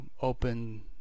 open